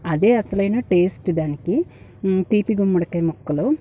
అదే అసలైన టేస్ట్ దానికి తీపి గుమ్మడికాయ ముక్కలు